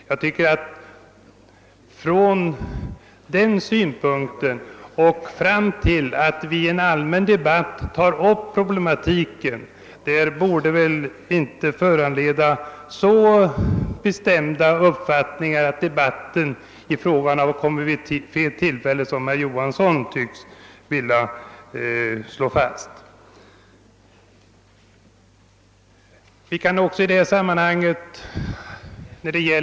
Jag tycker emellertid att man därför inte kan hävda att saken tas upp vid fel tillfälle, såsom herr Johansson tycks vilja slå fast, när vi anför denna synpunkt i en allmän debatt om problematiken.